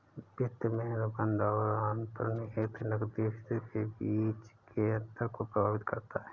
वित्त में अनुबंध और अंतर्निहित नकदी स्थिति के बीच के अंतर को प्रभावित करता है